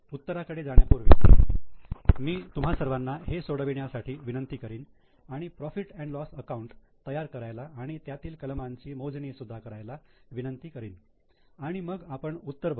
उत्तराकडे जाण्यापूर्वी मी तुम्हा सर्वांना हे सोडवण्याची विनंती करीन आणि profit and loss account profit loss तयार करायला आणि त्यातील कलमांची मोजणी सुद्धा करायला विनंती करीन आणि मग आपण उत्तर बघू